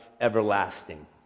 everlasting